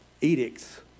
edicts